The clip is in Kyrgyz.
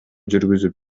жүргүзүп